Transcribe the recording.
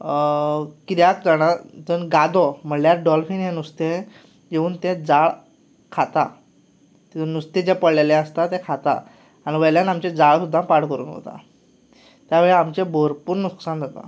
कित्याक जाणां गादो म्हणल्यार डॉल्फीन हें नुस्तें येवन ती जाळ खाता नुस्तें जें पडिल्लें आसता तें खाता वयल्यान आमची जाळ सुद्दां पाड करून वता त्या वेळार आमचें भरपूर लुकसाण जाता